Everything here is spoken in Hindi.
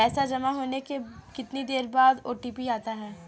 पैसा जमा होने के कितनी देर बाद ओ.टी.पी आता है?